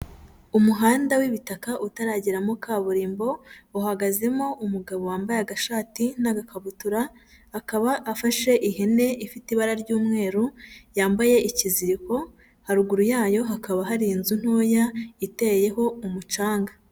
Umuhanda w'ibitaka utarageramo kaburimbo uhagazemo umugabo wambaye agashati n'agakabutura, akaba afashe ihene ifite ibara ry'umweru yambaye ikiziriko, haruguru yayo hakaba hari inzu ntoya iteyeho umucanga.